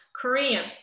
Korean